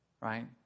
Right